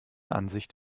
ansicht